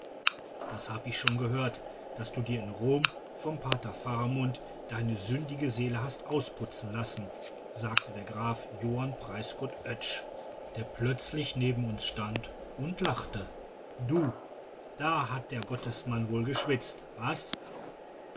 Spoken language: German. das hab ich schon gehört daß du dir in rom vom pater faramund deine sündige seele hast ausputzen lassen sagte der graf johann preisgott oetsch der plötzlich neben uns stand und lachte du da hat der gottesmann wohl geschwitzt was